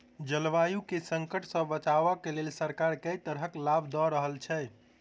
जलवायु केँ संकट सऽ बचाबै केँ लेल सरकार केँ तरहक लाभ दऽ रहल छै?